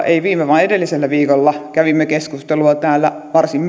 ei viime vaan sitä edellisellä viikolla kävimme keskustelua täällä varsin